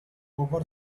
over